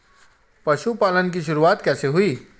पशुपालन की शुरुआत कैसे हुई?